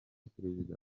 perezida